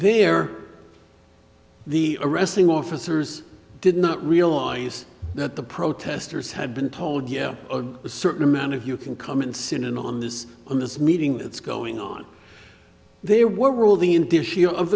there the arresting officers did not realize that the protesters had been told yeah a certain amount of you can come and sit in on this on this meeting that's going on they